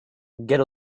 get